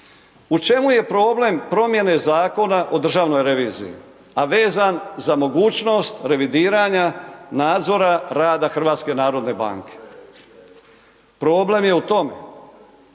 U čemu je problem promjene Zakona o državnoj reviziji, a vezan za mogućnost revidiranja nadzora rada HNB-a? Problem je u tome